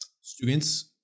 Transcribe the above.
Students